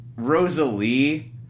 Rosalie